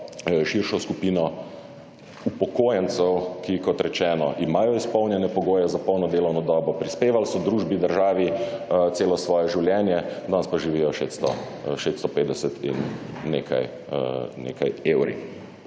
širšo skupino upokojencev, ki, kot rečeno, imajo izpolnjene pogoje za polno delovno dobo, prispevali so družbi, državi celo svoje življenje, danes pa živijo s 650 in nekaj evri.